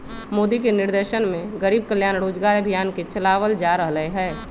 मोदी के निर्देशन में गरीब कल्याण रोजगार अभियान के चलावल जा रहले है